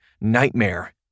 nightmare